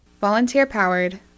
Volunteer-powered